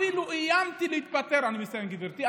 אפילו איימתי להתפטר, אני מסיים, גברתי,